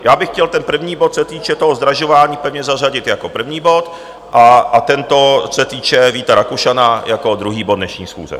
Já bych chtěl ten první bod, co se týče toho zdražování, pevně zařadit jako první bod a tento, co se týče Víta Rakušana, jak druhý bod dnešní schůze.